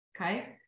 Okay